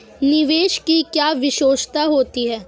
निवेश की क्या विशेषता होती है?